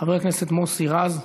חבר הכנסת מוסי רז,